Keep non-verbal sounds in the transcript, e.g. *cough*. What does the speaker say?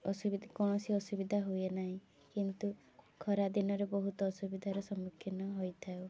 *unintelligible* କୌଣସି ଅସୁବିଧା ହୁଏ ନାହିଁ କିନ୍ତୁ ଖରାଦିନରେ ବହୁତ ଅସୁବିଧାର ସମ୍ମୁଖୀନ ହୋଇଥାଉ